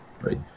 right